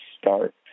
start